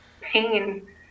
pain